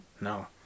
No